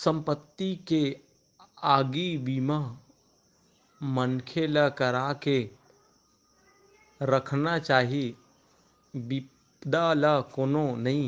संपत्ति के आगी बीमा मनखे ल करा के रखना चाही बिपदा ल कोनो नइ